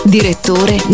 Direttore